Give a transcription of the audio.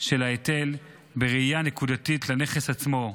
של ההיטל בראייה נקודתית לנכס עצמו.